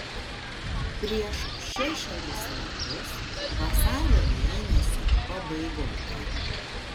prieš šešerius metus vasario mėnesio pabaigoje